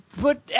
put